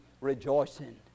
rejoicing